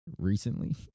Recently